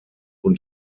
und